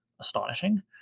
astonishing